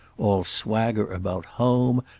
all swagger about home,